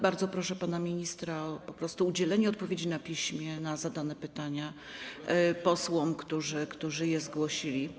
Bardzo proszę jednak pana ministra po prostu o udzielenie odpowiedzi na piśmie na zadane pytania posłom, którzy je zgłosili.